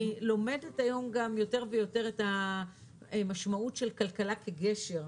אני לומדת היום גם יותר ויותר את המשמעות של כלכלה כגשר,